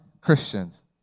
Christians